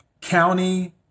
County